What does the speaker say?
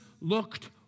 looked